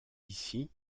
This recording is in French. ici